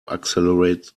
accelerate